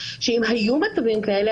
שאם היו מצבים כאלה,